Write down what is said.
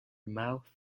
mouth